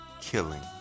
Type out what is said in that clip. killing